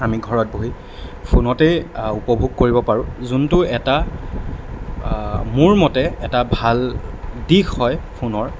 আমি ঘৰত বহি ফোনতেই উপভোগ কৰিব পাৰোঁ যোনটো এটা মোৰ মতে এটা ভাল দিশ হয় ফোনৰ